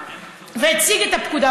והציג את הפקודה,